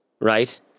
right